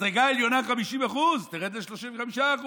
מדרגה עליונה, 50%, תרד ל-35%;